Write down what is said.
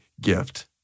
gift